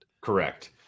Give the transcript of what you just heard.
Correct